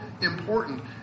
important